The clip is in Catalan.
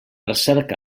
recerca